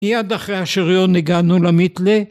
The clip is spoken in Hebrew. ‫מיד אחרי השריון הגענו למיתלה.